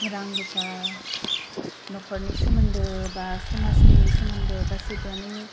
रां रुफा न'खरनि सोमोनदो बा समाजनि सोमोनदो गासैबोआनो